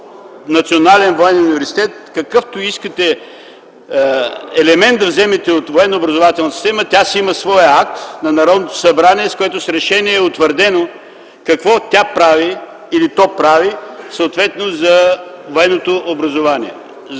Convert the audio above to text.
Национален военен университет. (Реплики от КБ.) Какъвто искате елемент да вземете от военно-образователната система, тя си има своя акт на Народното събрание, което е утвърдено с решение какво тя прави или то прави съответно за военното образование.